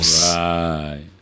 Right